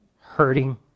hurting